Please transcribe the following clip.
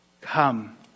Come